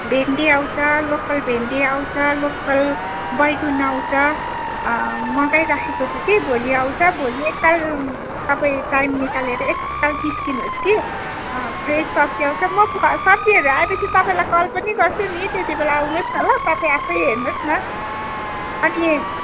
भेन्डी आउँछ लोकल भेन्डी आउँछ लोकल बैगुन आउँछ मगाइराखेको छु कि भोलि आउँछ भोलि एक ताल तपाईँ टाइम निकालेर एक ताल निस्किनुहोस् कि फ्रेस सब्जी आउँछ म सब्जीहरू आएपछि तपाईँलाई कल पनि गर्छु नि त्यति बेला आउनोस् न ल तपाईँ आफै हेर्नोस् न अनि